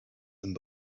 and